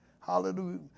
Hallelujah